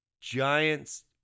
Giants